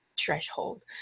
threshold